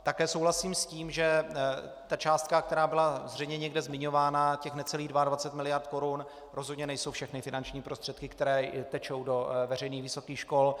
Také souhlasím s tím, že ta částka, která byla zřejmě někde zmiňována, těch necelých 22 miliard korun, rozhodně nejsou všechny finanční prostředky, které tečou do veřejných vysokých škol.